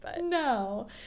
No